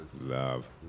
Love